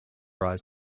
rise